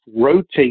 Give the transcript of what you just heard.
rotate